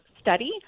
study